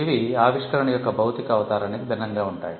ఇవి ఆవిష్కరణ యొక్క భౌతిక అవతారానికి భిన్నంగా ఉంటాయి